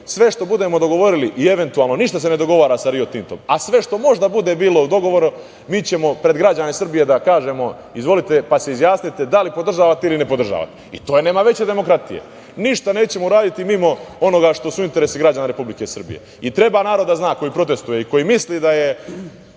sve što budemo dogovorili i eventualno ništa se ne dogovara sa Riom Tintom, a sve što možda bude bilo u dogovoru mi ćemo pred građane Srbije da kažemo - izvolite pa se izjasnite da li podržavate ili ne podržavate, i to nema veće demokratije. Ništa nećemo uraditi mimo onoga što su u interesu građana Republike Srbije i treba narod da zna koji protestuje i koji misli da je